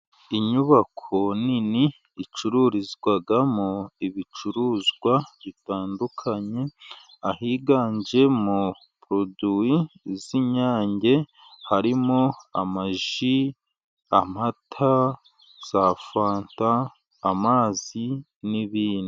Inyubako nini icururizwamo ibicuruzwa bitandukanye, ahiganje mu poroduwi z'inyange, harimo amaji, amata, za fanta, amazi n'ibindi.